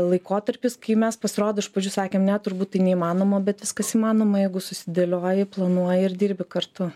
laikotarpis kai mes pasirodo iš pradžių sakėm ne turbūt tai neįmanoma bet viskas įmanoma jeigu susidėlioji planuoji ir dirbi kartu